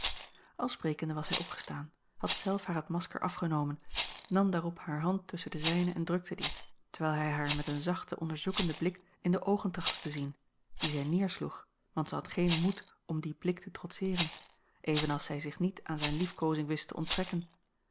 al sprekende was hij opgestaan had zelf haar het masker afgenomen nam daarop hare hand tusschen de zijne en drukte die tewijl hij haar met een zachten onderzoekenden blik in de oogen trachtte te zien die zij neersloeg want zij had geen moed om dien blik te trotseeren evenals zij zich niet aan zijne liefkoozing wist te onttrekken